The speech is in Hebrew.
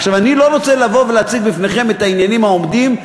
אני לא רוצה לבוא ולהציג בפניכם את העניינים העומדים,